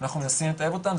אנחנו מנסים לטייב אותם,